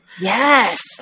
Yes